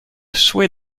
souhait